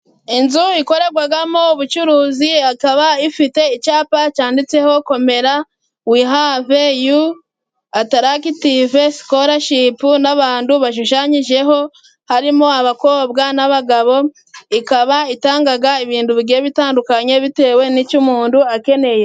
Inzu ikorerwamo ubucuruzi, ikaba ifite icyapa cyanditseho, komera, wihave yowa ataragitive, sikorashipu, n'abantu bashushanyijeho, harimo abakobwa n'abagabo, ikaba itanga ibintu bigiye bitandukanye, bitewe n'icyo umuntu akeneye.